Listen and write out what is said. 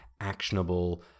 actionable